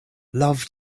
love